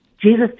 Jesus